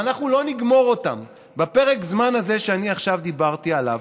אם אנחנו לא נגמור אותם בפרק הזמן הזה שאני עכשיו דיברתי עליו,